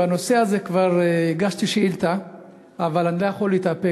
בנושא הזה הגשתי שאילתה אבל אני לא יכול להתאפק,